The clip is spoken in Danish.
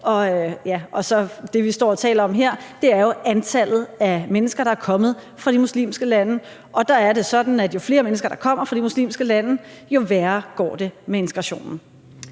og det, vi står og taler om her, er jo antallet af mennesker, der er kommet fra de muslimske lande. Og der er det sådan, at jo flere mennesker, der kommer fra de muslimske lande, jo værre går det med integrationen.